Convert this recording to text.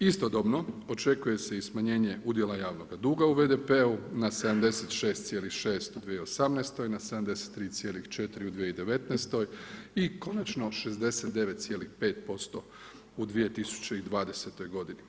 Istodobno očekuje se i smanjenje udjela javnoga duga u BDP-u na 76,6 u 2018. na 73,4 u 2019. i konačno 69,5% u 2020. godini.